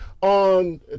on